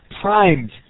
primed